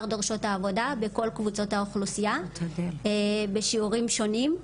דורשות העבודה בכל קבוצות האוכלוסייה בשיעורים שונים,